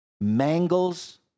mangles